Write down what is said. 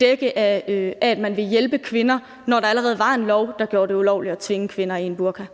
dække af, at man vil hjælpe kvinder, når der allerede var en lov, der gjorde det ulovligt at tvinge kvinder til at